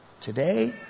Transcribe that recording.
today